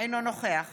אינו נוכח